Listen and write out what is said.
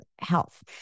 health